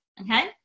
okay